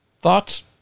Thoughts